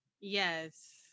Yes